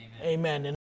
amen